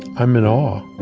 i'm in awe